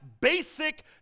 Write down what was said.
basic